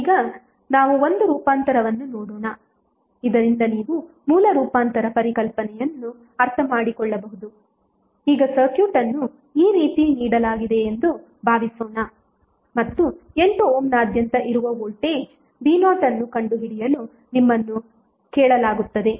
ಈಗ ನಾವು ಒಂದು ರೂಪಾಂತರವನ್ನು ನೋಡೋಣ ಇದರಿಂದ ನೀವು ಮೂಲ ರೂಪಾಂತರ ಪರಿಕಲ್ಪನೆಯನ್ನು ಅರ್ಥಮಾಡಿಕೊಳ್ಳಬಹುದು ಈಗ ಸರ್ಕ್ಯೂಟ್ ಅನ್ನು ಈ ರೀತಿ ನೀಡಲಾಗಿದೆಯೆಂದು ಭಾವಿಸೋಣ ಮತ್ತು 8 ಓಮ್ನಾದ್ಯಂತ ಇರುವ ವೋಲ್ಟೇಜ್ v0ಅನ್ನು ಕಂಡುಹಿಡಿಯಲು ನಿಮ್ಮನ್ನು ಕೇಳಲಾಗುತ್ತದೆ